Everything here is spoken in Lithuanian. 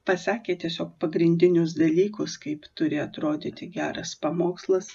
pasakė tiesiog pagrindinius dalykus kaip turi atrodyti geras pamokslas